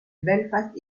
belfast